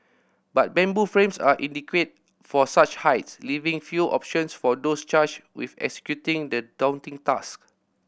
but bamboo frames are inadequate for such heights leaving few options for those charged with executing the daunting task